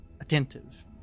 attentive